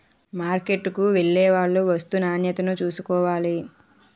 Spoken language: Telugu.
మార్కెట్కు వెళ్లేవాళ్లు వస్తూ నాణ్యతను చూసుకోవాలి